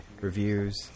reviews